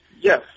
Yes